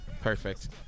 Perfect